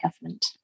government